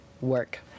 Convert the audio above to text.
work